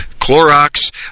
Clorox